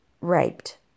raped